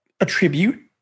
attribute